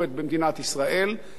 אלה שבידיה,